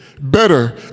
better